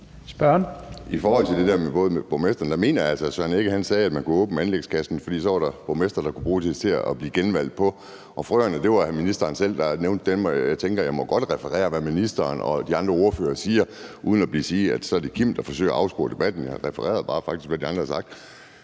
I forhold til det der med borgmesteren mener jeg altså, at hr. Søren Egge Rasmussen sagde, at man kunne åbne anlægskassen og der så var borgmestre, der kunne bruge det til at blive genvalgt på. I forhold til det med frøerne var det ministeren selv, der nævnte dem. Jeg tænker, at jeg godt må referere, hvad ministeren og de andre ordførere siger, uden at man så siger, at det er undertegnede, der forsøger at afspore debatten. Jeg refererede faktisk bare, hvad de andre har sagt.